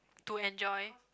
to enjoy